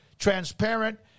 Transparent